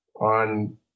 on